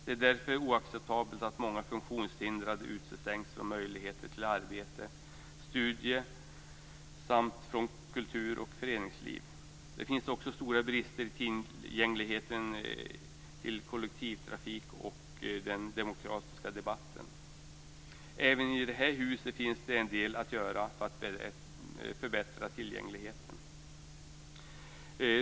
Det är därför oacceptabelt att många funktionshindrade utestängs från möjligheter till arbete, studier samt från kultur och föreningsliv. Det finns också stora brister i tillgängligheten till kollektivtrafik och den demokratiska debatten. Även i detta hus finns det en del att göra för att förbättra tillgängligheten.